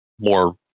more